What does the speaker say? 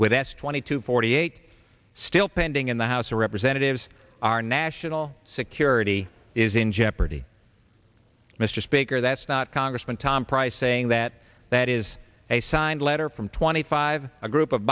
with us twenty two forty eight still pending in the house of representatives our national security is in jeopardy mr speaker that's not congressman tom price saying that that is a signed letter from twenty five a group of